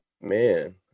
man